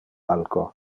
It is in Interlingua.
alco